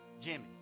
Jimmy